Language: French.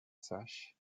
sachs